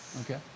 Okay